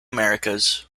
americas